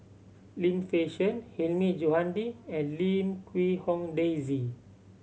Lim Fei Shen Hilmi Johandi and Lim Quee Hong Daisy